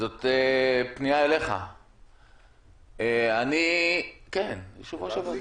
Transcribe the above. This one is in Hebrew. זאת פנייה אליך, יושב-ראש הוועדה.